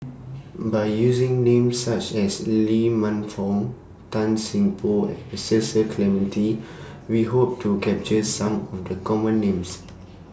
By using Names such as Lee Man Fong Tan Seng Poh and Cecil Clementi We Hope to capture Some Would Common Names